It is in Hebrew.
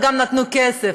וגם נתנו כסף.